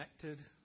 connected